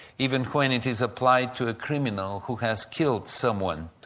even when it is applied to a criminal who has killed someone.